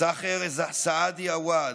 סח'ר סעדי עווד,